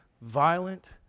violent